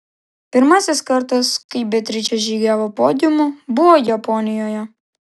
pirmasis kartas kai beatričė žygiavo podiumu buvo japonijoje